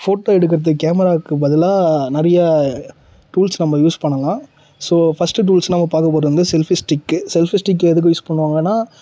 photo எடுக்கிறதுக்கு கேமராவுக்கு பதிலாக நிறையா டூல்ஸ் நம்ம யூஸ் பண்ணலாம் ஸோ ஃபஸ்ட்டு டூல்ஸ் நம்ம பார்க்க போகிறது வந்து செல்ஃபி ஸ்டிக்கு செல்ஃபி ஸ்டிக்கு எதுக்கு யூஸ் பண்ணுவாங்கனால்